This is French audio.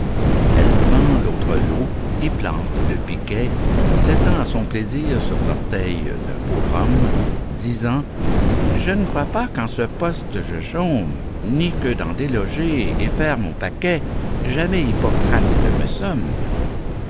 elle prend l'autre lot y plante le piquet s'étend à son plaisir sur l'orteil d'un pauvre homme disant je ne crois pas qu'en ce poste je chôme ni que d'en déloger et faire mon paquet jamais hippocrate me somme